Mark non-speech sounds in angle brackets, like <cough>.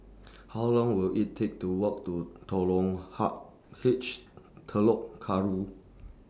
How Long Will IT Take to Walk to <unintelligible> Ha H Telok Kurau